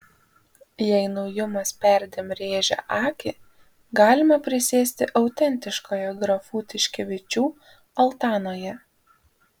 jei naujumas perdėm rėžia akį galima prisėsti autentiškoje grafų tiškevičių altanoje